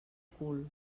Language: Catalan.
cul